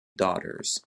daughters